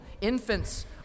infants